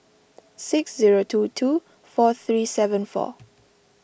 six zero two two four three seven four